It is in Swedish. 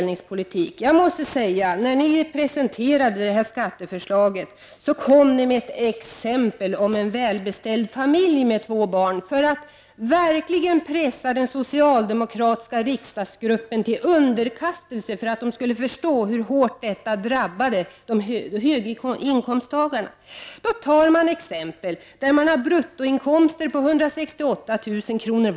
När ni presenterade det här skatteförslaget tog ni exemplet med en välbeställd familj med två barn för att pressa den socialdemokratiska riksdagsgruppen till underkastelse och därför att den skulle förstå hur hårt reformen drabbade höginkomsttagarna. I ett exempel hade vardera maken en bruttoinkomst på 168 000 kr.